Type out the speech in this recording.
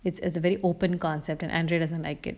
it's it's a very open concept and andrea doesn't like it